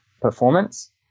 performance